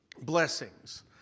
blessings